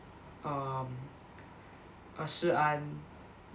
um err Shi An